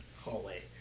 hallway